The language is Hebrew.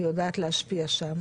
ויודעת להשפיע שם,